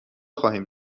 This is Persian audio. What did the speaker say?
خواهیم